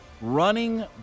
running